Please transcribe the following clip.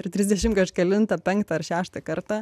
ir trisdešimt kažkelintą penktą ar šeštą kartą